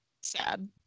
sad